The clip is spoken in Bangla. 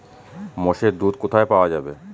মোষের দুধ কোথায় পাওয়া যাবে?